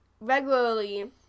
regularly